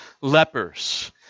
lepers